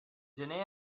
gener